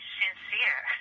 sincere